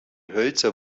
hölzer